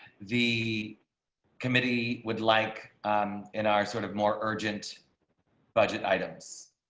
the committee would like um in our sort of more urgent budget items.